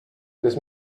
this